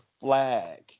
flag